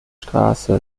straße